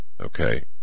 Okay